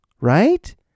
right